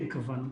כן קבענו,